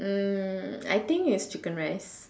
hmm I think it's chicken rice